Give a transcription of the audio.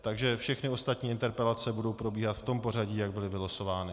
Takže všechny ostatní interpelace budou probíhat v tom pořadí, jak byly vylosovány.